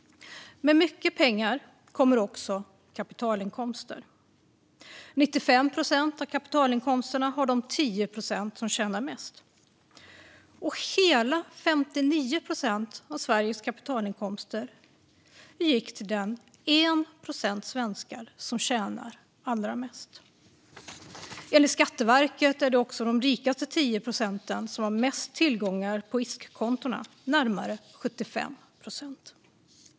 Med mycket pengar kommer också kapitalinkomster. 95 procent av kapitalinkomsterna har de 10 procent som tjänar mest, och hela 59 procent av Sveriges kapitalinkomster gick till den 1 procent svenskar som tjänar allra mest. Enligt Skatteverket är det också de rikaste 10 procenten som har mest tillgångar på ISK-konton - närmare 75 procent.